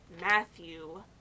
Matthew